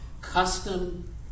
custom